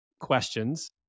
questions